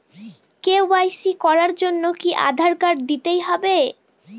KYC করার জন্য কি আধার কার্ড দিতেই হবে?